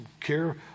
care